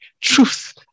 Truth